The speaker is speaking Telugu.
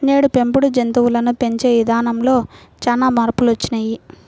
నేడు పెంపుడు జంతువులను పెంచే ఇదానంలో చానా మార్పులొచ్చినియ్యి